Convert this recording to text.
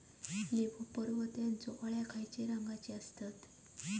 Leaf hopper व त्यानचो अळ्या खैचे रंगाचे असतत?